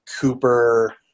Cooper